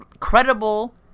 Credible